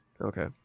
Okay